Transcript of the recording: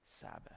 Sabbath